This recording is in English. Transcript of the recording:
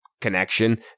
connection